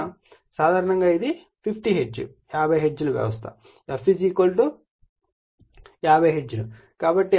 సాధారణంగా ఇది 50 హెర్ట్జ్ వ్యవస్థ f 50 హెర్ట్జ్